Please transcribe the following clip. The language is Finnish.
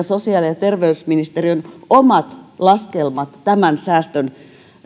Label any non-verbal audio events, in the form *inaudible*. *unintelligible* sosiaali ja terveysministeriön omat laskelmat tämän säästön